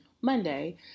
Monday